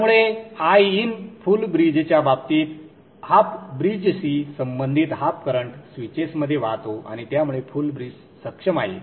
त्यामुळे Iin full ब्रिजच्या बाबतीत हाफ ब्रिजशी संबंधित हाफ करंट स्विचेसमध्ये वाहतो आणि त्यामुळे फुल ब्रिज सक्षम आहे